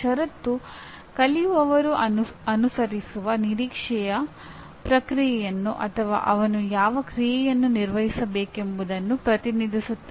ಷರತ್ತು ಕಲಿಯುವವರು ಅನುಸರಿಸುವ ನಿರೀಕ್ಷೆಯ ಪ್ರಕ್ರಿಯೆಯನ್ನು ಅಥವಾ ಅವನು ಯಾವ ಕ್ರಿಯೆಯನ್ನು ನಿರ್ವಹಿಸಬೇಕೆಂಬುದನ್ನು ಪ್ರತಿನಿಧಿಸುತ್ತದೆ